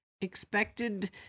expected